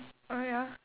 uh ya